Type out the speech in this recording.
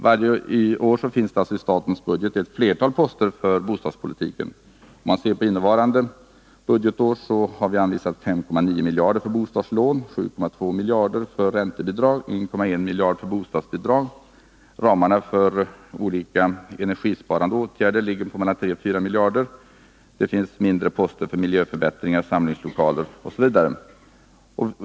Varje år finns det i statens budget ett flertal poster för bostadspolitiken. För innevarande budgetår har det anvisats 5,9 miljarder för bostadslån, 7,2 miljarder för räntebidrag och 1,1 miljarder för bostadsbidrag. Ramen för olika energisparande åtgärder ligger mellan 3 och 4 miljarder. Det finns också mindre poster för miljöförbättringar, samlingslokaler osv.